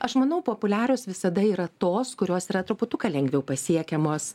aš manau populiarios visada yra tos kurios yra truputuką lengviau pasiekiamos